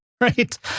right